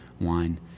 wine